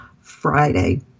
Friday